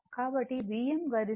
కాబట్టి Vm గరిష్ట విలువ